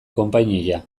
konpainia